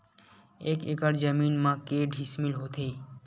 एक एकड़ जमीन मा के डिसमिल होथे?